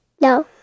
No